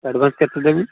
advance କେତେ ଦେବି